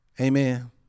Amen